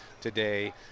today